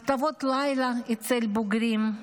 הרטבות לילה אצל בוגרים,